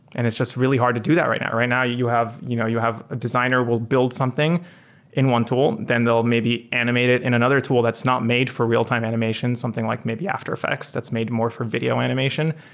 and it's just really hard to do that right now, right? now you have you know you have a designer will build something in one tool, then they'll maybe animate it in another tool that's not made for real-time animation, something like maybe after effects that's made more for video animation.